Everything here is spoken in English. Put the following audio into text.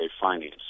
finance